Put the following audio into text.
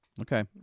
Okay